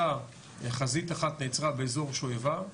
חזית אחת נעצרה באזור שואבה,